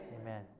Amen